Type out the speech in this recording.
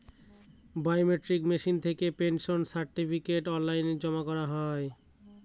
biometric machine থেকে pension certificate online জমা করা হয়